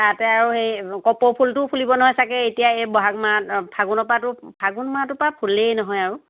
তাতে আৰু সেই কপৌ ফুলটো ফুলিব নহয় চাগে এতিয়া এই ব'হাগ মাহ ফাগুনৰ পৰাটো ফাগুণ মাহটোৰ পৰা ফুলেই নহয় আৰু